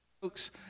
folks